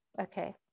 Okay